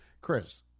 Chris